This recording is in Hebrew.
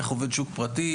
איך עובד שוק פרטי,